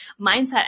mindset